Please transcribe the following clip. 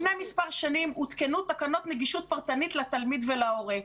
לפני כמה שנים הותקנו תקנות נגישות פרטנית לתלמיד ולהורה.